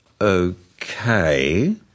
Okay